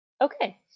Okay